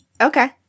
Okay